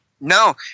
no